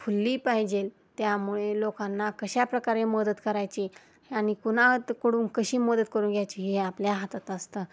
खुलली पाहिजे त्यामुळे लोकांना कशाप्रकारे मदत करायची आणि कुणाकडून कशी मदत करून घ्यायची हे आपल्या हातात असतं